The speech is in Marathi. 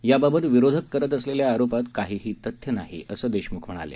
याबाबत विरोधक करत असलेल्या आरोपात काहीही तथ्य नाही असं देशमुख म्हणाले